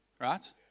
Right